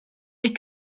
est